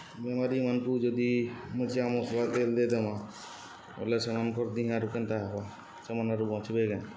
ବେମାରୀମାନ୍କୁ ଯଦି ମସ୍ଲା ତେଲ୍ ଦେଇଦେମା ବଲେ ସାମାନ୍କର୍ ଦିହିଁ ଆର୍ କେନ୍ତା ହେବା ସମାନେ ଆରୁ ବଞ୍ଚବେ କାଁ